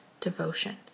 devotion